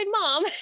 mom